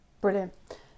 Brilliant